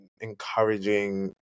encouraging